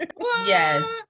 Yes